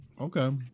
Okay